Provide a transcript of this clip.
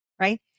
right